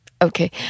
Okay